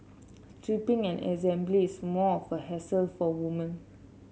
stripping and assembly is more of a hassle for women